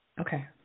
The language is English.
Okay